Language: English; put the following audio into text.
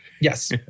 yes